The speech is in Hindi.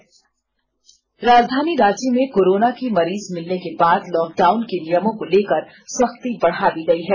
लॉकडाउन सख्ती राजधानी रांची में कोरोना की मरीज मिलने के बाद लॉकडाउन के नियमों को लेकर सख्ती बढा दी गई है